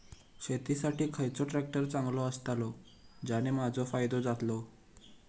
शेती साठी खयचो ट्रॅक्टर चांगलो अस्तलो ज्याने माजो फायदो जातलो?